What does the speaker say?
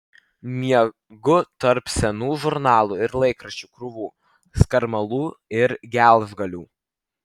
miegu tarp senų žurnalų ir laikraščių krūvų skarmalų ir gelžgalių